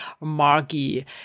Margie